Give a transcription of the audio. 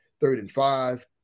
third-and-five